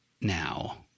Now